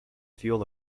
fuel